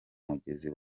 mugezi